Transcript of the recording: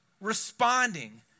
responding